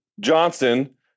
Johnson